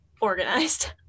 organized